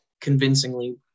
convincingly